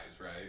right